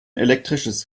elektrisches